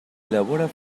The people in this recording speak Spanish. elabora